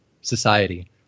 society